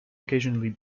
occasionally